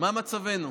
מה מצבנו?